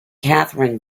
catherine